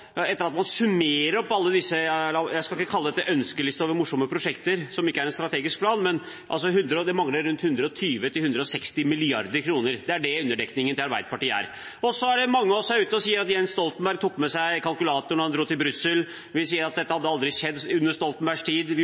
etter at man har summert opp alle prosjektene – jeg skal ikke kalle det en ønskeliste over morsomme prosjekter, som ikke er en strategisk plan – mangler det 120–160 mrd. kr. Det er Arbeiderpartiets underdekning. Mange av oss er ute og sier at Jens Stoltenberg tok med seg kalkulatoren da han dro til Brussel, vi sier at dette hadde aldri skjedd under Stoltenbergs tid,